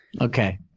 Okay